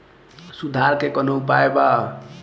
सुधार के कौनोउपाय वा?